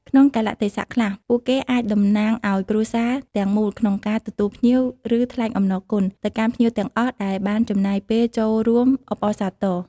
ក្នុងកាលៈទេសៈខ្លះ ពួកគេអាច តំណាងឱ្យគ្រួសារ ទាំងមូលក្នុងការ ទទួលភ្ញៀវ ឬ ថ្លែងអំណរគុណ ទៅកាន់ភ្ញៀវទាំងអស់ដែលបានចំណាយពេលចូលរួមអបអរសាទរ។